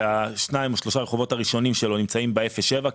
שניים או שלושה רחובות הראשונים נמצאים באפס עד שבעה קילומטרים,